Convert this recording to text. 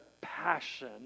passion